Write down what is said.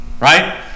Right